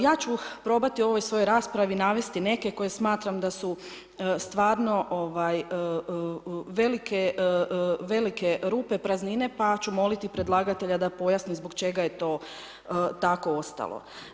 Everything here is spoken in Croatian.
Ja ću probati u ovoj svojoj raspravi navesti neke koje smatram da su stvarno velike, velike rupe, praznine pa ću moliti predlagatelja da pojasni zbog čega je to tako ostalo.